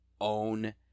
own